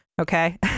Okay